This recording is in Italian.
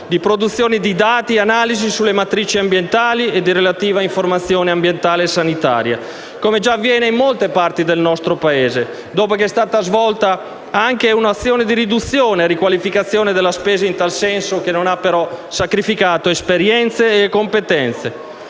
di produzione di dati e analisi sulle matrici ambientali e di relativa informazione ambientale e sanitaria, come già avviene in molte parti del nostro Paese, dopo che è stata svolta anche un'azione di riduzione e di riqualificazione della spesa in tal senso, che non ha sacrificato esperienze e competenze.